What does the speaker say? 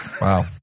Wow